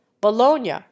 Bologna